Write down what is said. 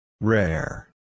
Rare